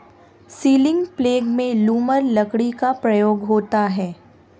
ceiling प्लेग में लूमर लकड़ी का प्रयोग होता है